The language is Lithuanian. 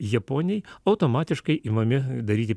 japoniai automatiškai imami daryti